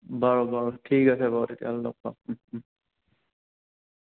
বাৰু বাৰু ঠিক আছে বাৰু তেতিয়াহ'লে লগ পাম